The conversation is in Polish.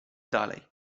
dalej